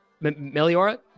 Meliora